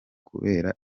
kubera